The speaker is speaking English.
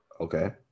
Okay